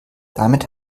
damit